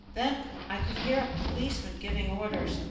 then i could hear a policeman giving orders,